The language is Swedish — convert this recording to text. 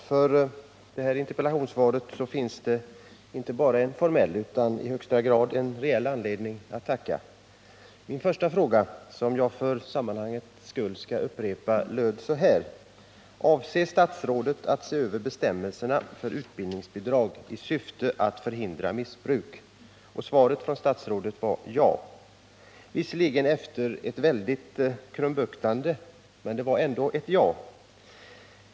Herr talman! För det här interpellationssvaret finns det inte bara en formell utan i högsta grad en reell anledning att tacka. Min första fråga, som jag för sammanhangets skull skall upprepa, löd så här: ”Avser statsrådet att se över bestämmelserna för utbildningsbidrag i syfte att förhindra missbruk?” Och svaret från statsrådet var ja — visserligen efter ett väldigt krumbuktande, men det var ändå ett ja.